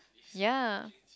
ya